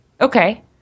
Okay